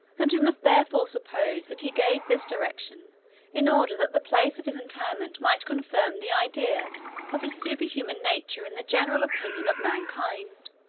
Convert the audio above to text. and we must therefore suppose that he gave this direction in order that the place of his interment might confirm the idea of his superhuman nature in the general opinion of mankind.